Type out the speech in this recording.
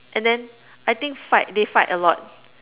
and then I think fight they fight a lot